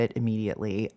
immediately